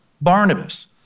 Barnabas